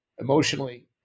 emotionally